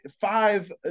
five